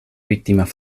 víctimas